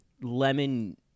Lemon